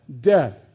dead